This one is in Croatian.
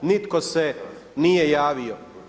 Nitko se nije javio.